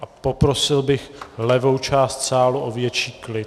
A poprosil bych levou část sálu o větší klid.